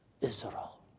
Israel